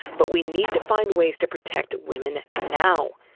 but we need to find ways to protect women now,